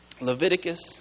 Leviticus